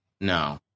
No